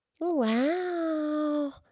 Wow